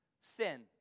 sin